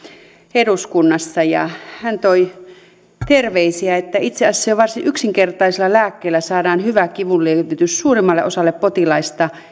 eduskunnassa ja hän toi terveisiä että itse asiassa jo varsin yksinkertaisella lääkkeellä saadaan hyvä kivunlievitys suurimmalle osalle potilaista